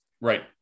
Right